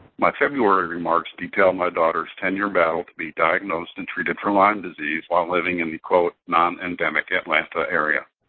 my february remarks detailed my daughter's ten year battle to be diagnosed and treated for lyme disease while living in the non-endemic atlanta area.